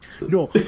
No